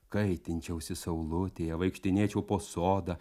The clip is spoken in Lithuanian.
kaitinčiausi saulutėje vaikštinėčiau po sodą